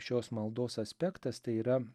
šios maldos aspektas tai yra